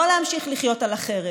לא להמשיך לחיות על החרב,